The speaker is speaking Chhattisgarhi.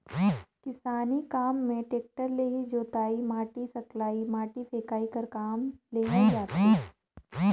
किसानी काम मे टेक्टर ले ही जोतई, माटी सकलई, माटी फेकई कर काम लेहल जाथे